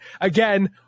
Again